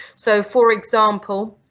so for example,